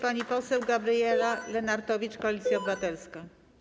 Pani poseł Gabriela Lenartowicz, Koalicja Obywatelska.